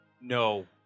No